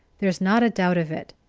there's not a doubt of it!